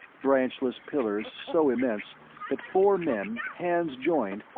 branchless pillars so immense that four men, hands joined,